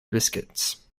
biscuits